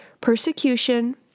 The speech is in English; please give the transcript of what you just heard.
persecution